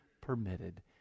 permitted